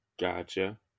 gotcha